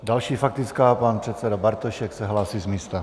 Další faktická, pan předseda Bartošek se hlásí z místa.